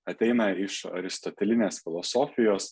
ateina iš aristotelinės filosofijos